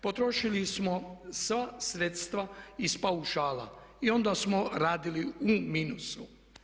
Potrošili smo sva sredstva iz paušala i onda smo radili u minusu.